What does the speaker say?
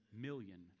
million